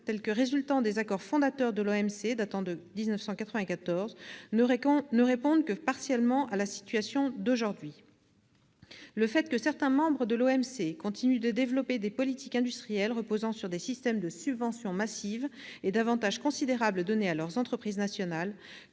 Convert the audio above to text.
telles qu'elles résultent des accords fondateurs de l'OMC datant de 1994, ne répondent que partiellement à la situation d'aujourd'hui. Le fait que certains membres de l'OMC continuent de développer des politiques industrielles reposant sur des systèmes de subventions massives et d'avantages considérables donnés à leurs entreprises nationales